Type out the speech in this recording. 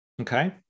Okay